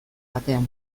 batean